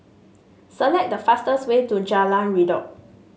select the fastest way to Jalan Redop